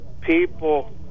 people